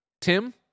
Tim